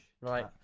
Right